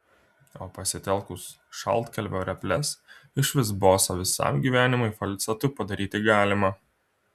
o pasitelkus šaltkalvio reples išvis bosą visam gyvenimui falcetu padaryti galima